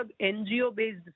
NGO-based